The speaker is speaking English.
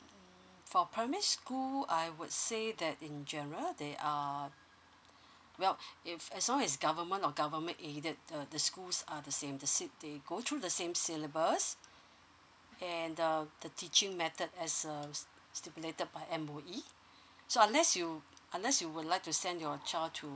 um for primary school I would say that in general they are well if as long as government not government aided the the schools are the same the sy they go through the same syllabus and um the teaching method as uh stipulated by M_O_E so unless you unless you would like to send your child to